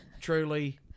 Truly